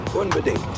Unbedingt